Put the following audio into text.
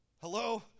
hello